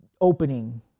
opening